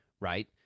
right